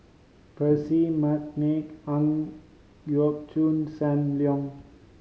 Percy McNeice Ang Yau Choon Sam Leong